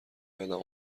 یادم